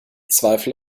zweifel